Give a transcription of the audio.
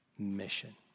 mission